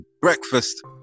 Breakfast